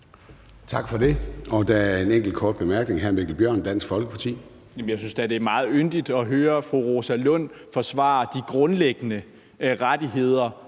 Tak for det. Der er en enkelt kort bemærkning. Hr. Mikkel Bjørn, Dansk Folkeparti. Kl. 20:29 Mikkel Bjørn (DF): Jeg synes da, det er meget yndigt at høre fru Rosa Lund forsvare de grundlæggende rettigheder